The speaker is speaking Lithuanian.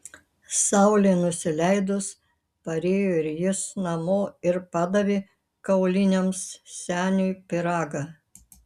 saulei nusileidus parėjo ir jis namo ir padavė kauliniams seniui pyragą